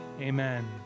amen